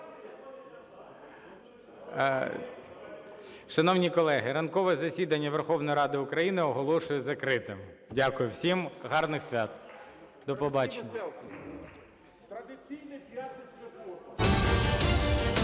Шановні колеги, ранкове засідання Верховної Ради України оголошую закритим. Дякую всім. Гарних свят. До побачення.